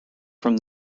from